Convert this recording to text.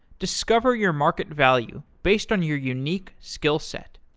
discover your market value based on your unique skill set.